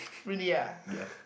really ah